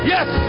Yes